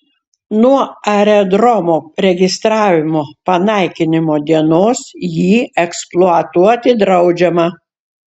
nuo aerodromo registravimo panaikinimo dienos jį eksploatuoti draudžiama